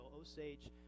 Osage